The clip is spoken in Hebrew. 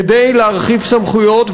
כדי להרחיב סמכויות,